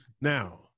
now